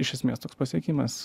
iš esmės toks pasiekimas